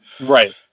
Right